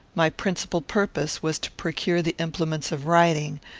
my principal purpose was to procure the implements of writing,